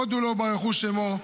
הודו לו, ברכו שמו.